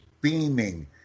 beaming